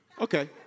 Okay